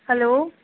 hello